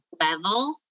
level